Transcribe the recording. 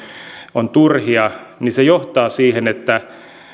ovat turhia niin se johtaa siihen että